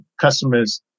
customers